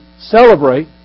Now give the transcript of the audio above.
celebrate